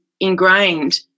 ingrained